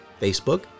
Facebook